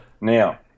Now